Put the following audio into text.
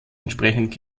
entsprechend